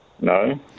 No